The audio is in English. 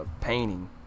painting